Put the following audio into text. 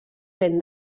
ben